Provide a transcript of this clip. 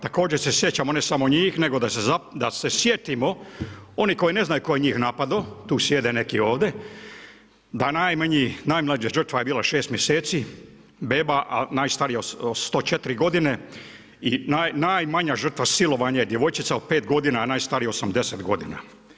Također se sjećamo ne samo njih, nego da se sjetimo oni koji ne znaju tko je njih napadao, tu sjede neki ovdje, da najmlađa žrtva je bila 6 mjeseci beba, a najstarija 104 godine i najmanja žrtva silovanje djevojčica od 5 godina, a najstarija 80 godina.